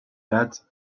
that